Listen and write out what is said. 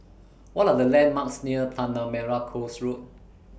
What Are The landmarks near Tanah Merah Coast Road